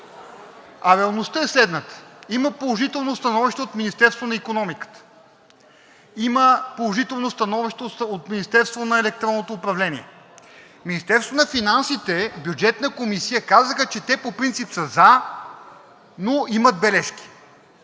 а реалността е следната: има положително становище от Министерството на икономиката, има положително становище от Министерството на електронното управление, Министерството на финансите – в Бюджетната комисия, казаха, че те по принцип са за, но имат бележки.